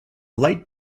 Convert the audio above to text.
light